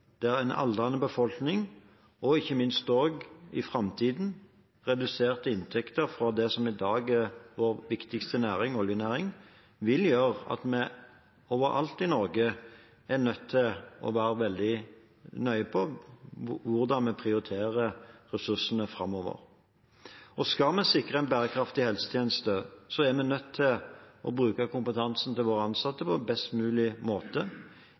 en aldrende befolkning og ikke minst også i framtiden reduserte inntekter fra det som i dag er vår viktigste næring, oljenæringen, vil gjøre at vi overalt i Norge er nødt til å være veldig nøye med hvordan vi prioriterer ressursene framover. Skal vi sikre en bærekraftig helsetjeneste, er vi nødt til å bruke kompetansen til våre ansatte på en best mulig måte,